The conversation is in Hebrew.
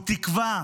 הוא תקווה